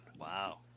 Wow